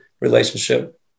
relationship